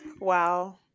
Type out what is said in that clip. Wow